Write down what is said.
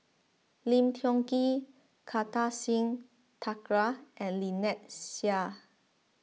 Lim Tiong Ghee Kartar Singh Thakral and Lynnette Seah